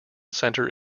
center